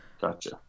Gotcha